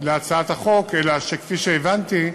להצעת החוק, אלא שכפי שהבנתי,